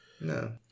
No